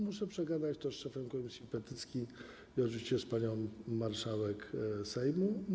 Muszę przegadać to z szefem Komisji do Spraw Petycji i oczywiście z panią marszałek Sejmu.